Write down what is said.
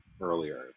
earlier